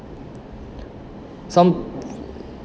some